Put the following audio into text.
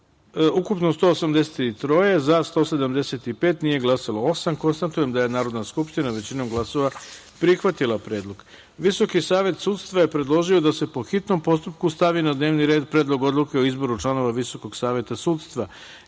glasalo osam narodnih poslanika. Konstatujem da je Narodna skupština, većinom glasova, prihvatila predlog. Visoki savet sudstva je predložio da se, po hitnom postupku, stavi na dnevni red Predlog odluke o izboru članova Visokog saveta sudstva